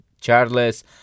Charles